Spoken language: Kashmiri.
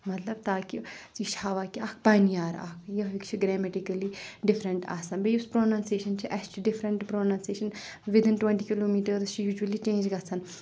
مَطلب تاکہِ یہِ چھِ ہاوان کہِ اَکھ پَننیار اَکھ یِہٕے چھِ گریمیٹِکٔلی ڈِفرَنٹ آسان بیٚیہِ یُس پروننسیشَن چھُ آسہِ چھِ ڈِفرَنٹ پرونَنسیشَن وِداِن ٹُوَنٹی کلوٗمیٹٲرٕز چھِ یوٗجؤلی چینج گژھان